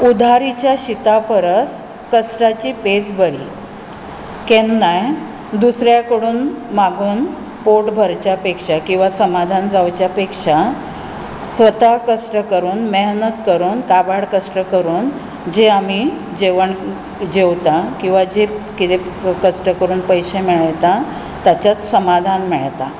उदारीच्या शिता परस कश्टाची पेज बरी केन्नाय दुसऱ्यां कडून मागून पोट भरच्या पेक्षा किंवा समाधान जावच्या पेक्षा स्वता कश्ट करून मेहनत करून काबाड कश्ट करून जें आमी जेवण जेवता किंवा जें कितें कश्ट करून पयशे कमयतात ताचेच समाधान मेळटा